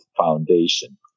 foundation